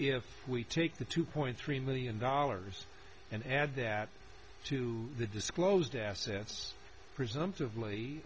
if we take the two point three million dollars and add that to the disclosed assets presumpti